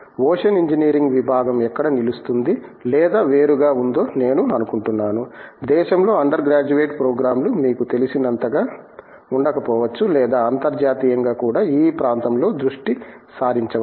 ocean engineering విభాగం ఎక్కడ నిలుస్తుంది లేదా వేరుగా ఉందో నేను అనుకుంటున్నాను దేశంలో అండర్ గ్రాడ్యుయేట్ ప్రోగ్రామ్లు మీకు తెలిసినంతగా ఉండకపోవచ్చు లేదా అంతర్జాతీయంగా కూడా ఈ ప్రాంతంలో దృష్టి సారించవచ్చు